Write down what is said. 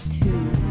two